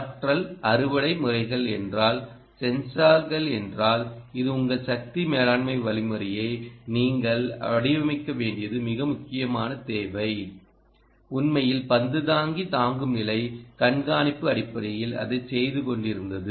ஆற்றல் அறுவடை முறைகள் என்றால் சென்சார்கள் என்றால் இது உங்கள் சக்தி மேலாண்மை வழிமுறையை நீங்கள் வடிவமைக்க வேண்டியது மிக முக்கியமான தேவை உண்மையில் பந்து தாங்கி தாங்கும் நிலை கண்காணிப்பு அடிப்படையில் அதைச் செய்து கொண்டிருந்தது